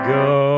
go